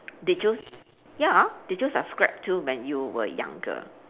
did you ya did you subscribe to when you were younger